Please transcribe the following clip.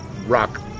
rock